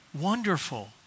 wonderful